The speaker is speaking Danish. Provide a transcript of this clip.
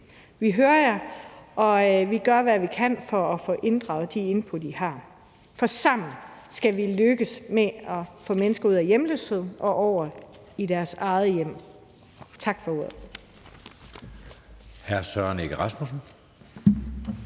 Vi hører jer, og vi gør, hvad vi kan, for at få inddraget de input, i har, for sammen skal vi lykkes med at få mennesker ud af hjemløshed og over i deres eget hjem. Tak for ordet.